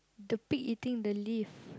the pig eating the leaf